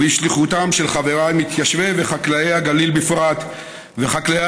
ובשליחותם של חבריי מתיישבי וחקלאי הגליל בפרט וחקלאי